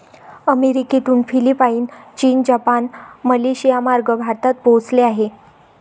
अमेरिकेतून फिलिपाईन, चीन, जपान, मलेशियामार्गे भारतात पोहोचले आहे